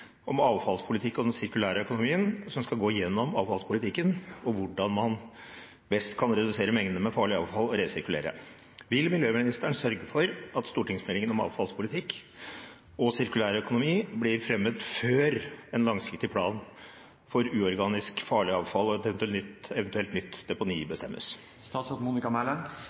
om avfallspolitikk og den sirkulære økonomien, som skal gjennomgå avfallspolitikken og hvordan man best kan redusere mengdene farlig avfall og resirkulere. Vil statsråden sørge for at stortingsmeldingen om avfallspolitikk og sirkulær økonomi blir fremmet før en langsiktig plan for uorganisk farlig avfall og et eventuelt nytt deponi bestemmes?»